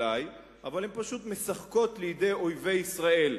הן פשוט משחקות לידי אויבי ישראל.